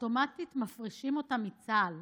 אוטומטית מפרישים אותה מצה"ל.